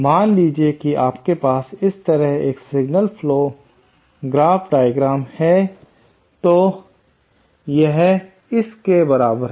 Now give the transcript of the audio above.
मान लीजिए कि आपके पास इस तरह एक सिग्नल फ्लो ग्राफ डायग्राम है तो यह इस के बराबर है